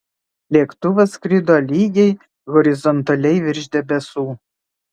lėktuvas skrido lygiai horizontaliai virš debesų